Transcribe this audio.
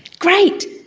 great!